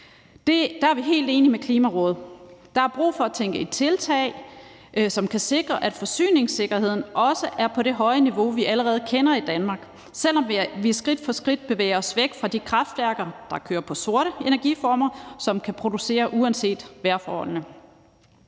Der er vi helt enige med Klimarådet. Der er brug for at tænke i tiltag, som kan sikre, at forsyningssikkerheden også er på det høje niveau, vi allerede kender i Danmark, selv om vi skridt for skridt bevæger os væk fra de kraftværker, der kører på sorte energiformer, som kan producere uanset vejrforholdene.